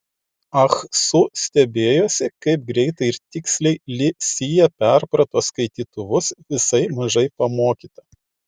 ah su stebėjosi kaip greitai ir tiksliai li sija perprato skaitytuvus visai mažai pamokyta